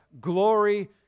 glory